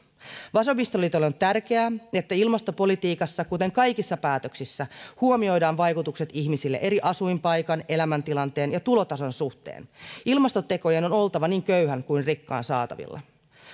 vasemmistoliitolle on tärkeää että ilmastopolitiikassa kuten kaikissa päätöksissä huomioidaan vaikutukset ihmisille eri asuinpaikan elämäntilanteen ja tulotason suhteen ilmastotekojen on oltava niin köyhän kuin rikkaan saatavilla